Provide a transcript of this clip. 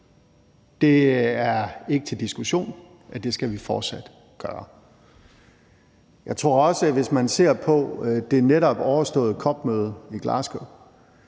Det er ikke til diskussion, at det skal vi fortsat gøre. Jeg tror også, at hvis man ser på det netop overståede CUP-møde i Glasgow,